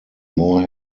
more